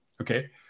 Okay